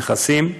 נכסים,